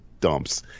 dumps